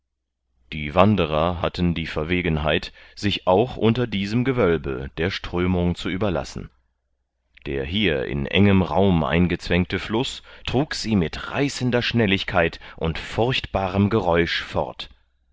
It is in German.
die wanderer hatten die verwegenheit sich auch unter diesem gewölbe der strömung zu überlassen der hier in engem raum eingezwängte fluß trug sie mit reißender schnelligkeit und furchtbarem geräusch fort